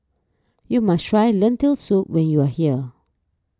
you must try Lentil Soup when you are here